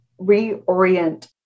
reorient